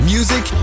Music